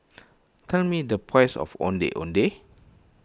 tell me the price of Ondeh Ondeh